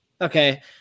Okay